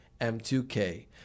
M2K